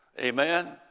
Amen